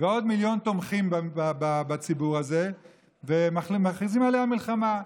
ועוד מיליון תומכים בציבור הזה ומכריזים עליה מלחמה.